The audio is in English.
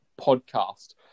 podcast